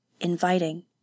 inviting